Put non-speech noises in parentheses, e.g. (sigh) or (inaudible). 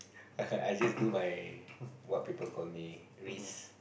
(laughs) I just go by what people call me Ris